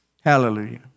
Hallelujah